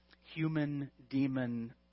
human-demon